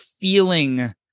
feeling